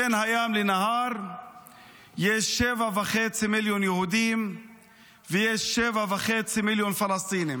בין הים לנהר יש 7.5 מיליון יהודים ויש 7.5 מיליון פלסטינים.